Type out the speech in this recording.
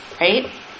right